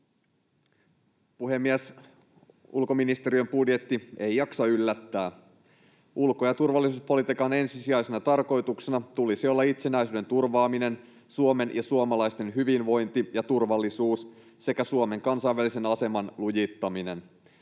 Ulkoministeriön budjetti ei jaksa yllättää. Ulko- ja turvallisuuspolitiikan ensisijaisena tarkoituksena tulisi olla itsenäisyyden turvaaminen, Suomen ja suomalaisten hyvinvointi ja turvallisuus sekä Suomen kansainvälisen aseman lujittaminen.